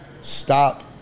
Stop